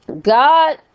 God